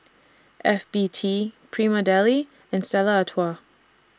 F B T Prima Deli and Stella Artois